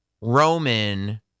Roman